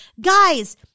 Guys